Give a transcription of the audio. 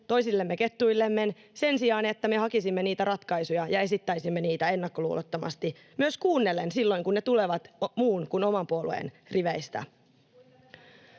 toisillemme kettuillen sen sijaan, että me hakisimme niitä ratkaisuja ja esittäisimme niitä ennakkoluulottomasti — myös kuunnellen silloin, kun ne tulevat muun kuin oman puolueen riveistä.